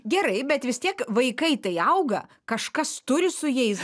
gerai bet vis tiek vaikai tai auga kažkas turi su jais